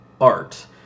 art